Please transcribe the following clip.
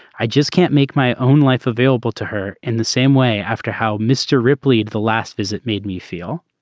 i just can't make my own life available to her in the same way after how mr. ripley at the last visit made me feel